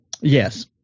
Yes